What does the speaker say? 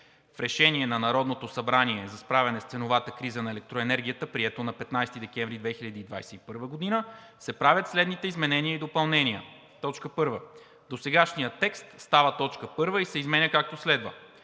В Решение на Народното събрание за справяне с ценовата криза на електроенергията, прието на 15 декември 2021 г., се правят следните изменения и допълнения: 1. Досегашният текст става т. 1 и се изменя, както следва: